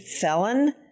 felon